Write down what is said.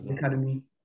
Academy